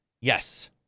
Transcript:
Yes